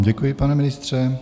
Děkuji vám, pane ministře.